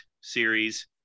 series